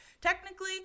Technically